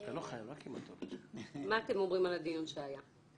מה אתם אומרים על הדיון שמתקיים?